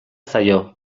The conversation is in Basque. zaio